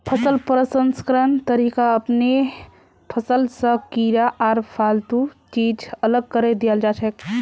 फसल प्रसंस्करण तरीका अपनैं फसल स कीड़ा आर फालतू चीज अलग करें दियाल जाछेक